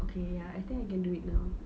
okay ya I think I can do it now